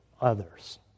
others